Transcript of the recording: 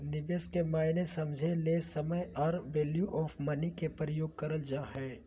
निवेश के मायने समझे ले समय आर वैल्यू ऑफ़ मनी के प्रयोग करल जा हय